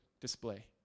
display